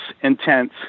intense